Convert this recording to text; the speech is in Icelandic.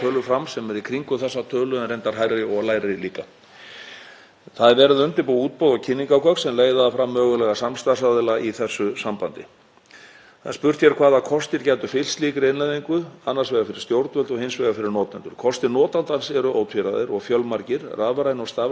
sambandi. Hvaða kostir gætu fylgt slíkri innleiðingu, annars vegar fyrir stjórnvöld og hins vegar fyrir notendur þjónustunnar? Kostir notandans eru ótvíræðir og fjölmargir. Rafræn og stafræn stjórnsýsla verður fljótvirkari, gagnvirk, tímasparandi og dregur úr kostnaði. Notandi stýrir afgreiðsluferli umsóknar sinnar og hefur óheft aðgengi